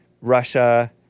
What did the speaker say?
Russia